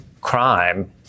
crime